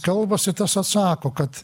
kalbasi tas atsako kad